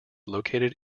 located